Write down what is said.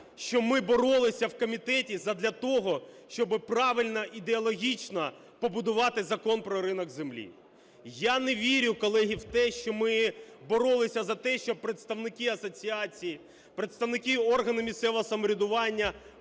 що ми боролися в комітеті задля того, щоби правильно ідеологічно побудувати Закон про ринок землі. Я не вірю, колеги, в те, що ми боролися за те, щоб представники асоціацій, представники органів місцевого самоврядування